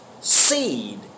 seed